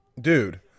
Dude